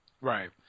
Right